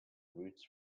roots